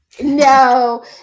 No